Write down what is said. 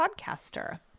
podcaster